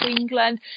England